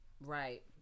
Right